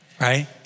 right